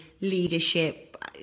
leadership